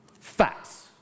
facts